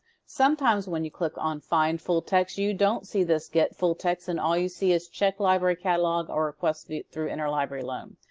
sometimes when you click on find full text you don't see this get full text and all you see is check library catalog or request through through interlibrary loan.